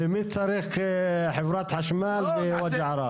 ומי צריך חברת חשמל ו-"ווג'ראס"?